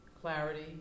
Clarity